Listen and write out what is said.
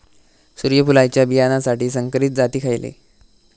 सूर्यफुलाच्या बियानासाठी संकरित जाती खयले?